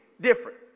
different